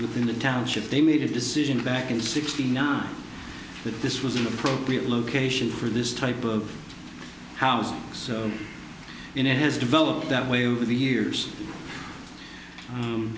within the township they made a decision back in sixty nine that this was an appropriate location for this type of housing in and has developed that way over the years